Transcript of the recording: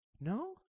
no